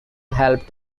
help